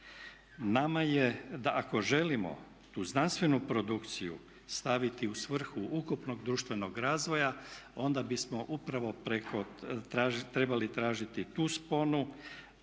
Nama je, ako želimo tu znanstvenu produkciju staviti u svrhu ukupnog društvenog razvoja onda bismo upravo preko, trebali tražiti tu sponu